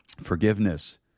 forgiveness